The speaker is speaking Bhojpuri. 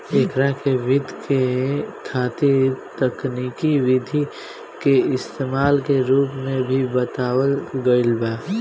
एकरा के वित्त के खातिर तकनिकी विधि के इस्तमाल के रूप में भी बतावल गईल बा